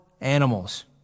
animals